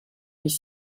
les